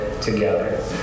together